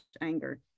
anger